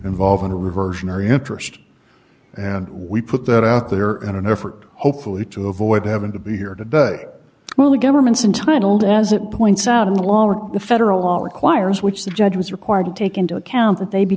involving a reversionary interest and we put that out there in an effort hopefully to avoid having to be here today well the government's untitled as it points out in the law the federal law requires which the judge was required to take into account that they be